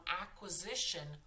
acquisition